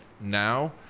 now